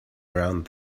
around